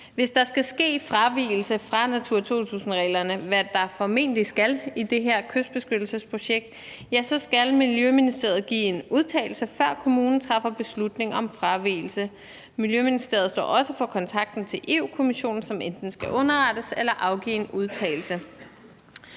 Hvis der skal ske en fravigelse fra Natura 2000-reglerne, hvilket der formentlig skal i det her kystbeskyttelsesprojekt, skal Miljøministeriet give en udtalelse, før kommunen træffer beslutninger om fravigelse. Miljøministeriet står også for kontakten til Europa-Kommissionen, som enten skal underrettes eller afgive en udtalelse.